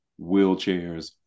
wheelchairs